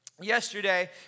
Yesterday